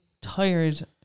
tired